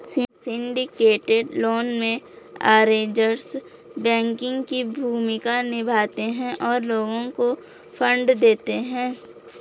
syndicated loan में, arrangers banking की भूमिका निभाते हैं और लोगों को फंड देते हैं